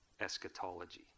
eschatology